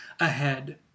ahead